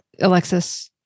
Alexis